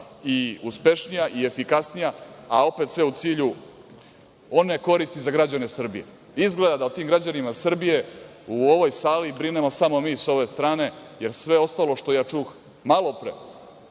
i uspešnija i efikasnija, a opet sve u cilju one koristi za građane Srbije. Izgleda da o tim građanima Srbije u ovoj sali brinemo samo mi sa ove strane, jer sve ostalo što čuh malopre